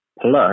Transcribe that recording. plus